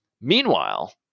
Meanwhile